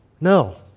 No